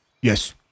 Yes